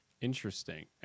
Interesting